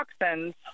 toxins